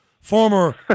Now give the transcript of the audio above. former